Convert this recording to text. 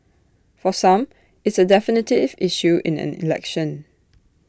for some it's A definitive issue in an election